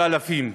באלפים,